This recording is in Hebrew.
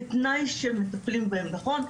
בתנאי שמטפלים בהם נכון,